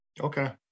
Okay